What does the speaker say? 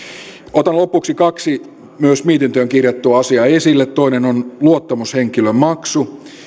otan lopuksi esille kaksi myös mietintöön kirjattua asiaa toinen on luottamushenkilömaksu